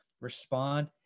respond